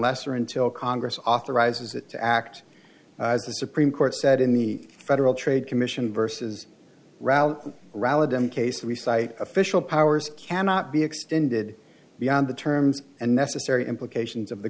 less or until congress authorizes it to act as the supreme court said in the federal trade commission vs ral rallied him case we cite official powers cannot be extended beyond the terms and necessary implications of the